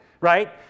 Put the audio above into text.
right